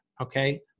Okay